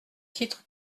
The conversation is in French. titre